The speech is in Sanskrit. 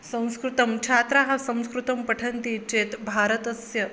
संस्कृतं छात्राः संस्कृतं पठन्ति चेत् भारतस्य